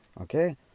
Okay